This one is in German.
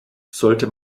sollte